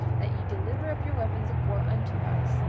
that ye deliver up your weapons of war unto us,